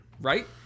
Right